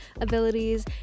abilities